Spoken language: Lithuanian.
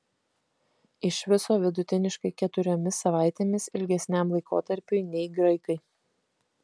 iš viso vidutiniškai keturiomis savaitėmis ilgesniam laikotarpiui nei graikai